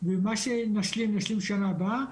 ומה שנשלים, נשלים בשנה הבאה.